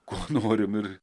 ko norim ir